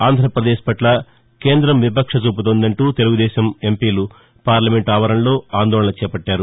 ఆంధ్రప్రదేశ్ పట్ల కేందం వివక్ష చూపుతోందంటూ తెలుగుదేశం ఎంపీలు పార్లమెంటు ఆవరణలో ఆందోళన చేపట్టారు